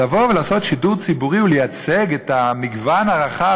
לבוא ולעשות שידור ציבורי ולייצג את המגוון הרחב,